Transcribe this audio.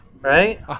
right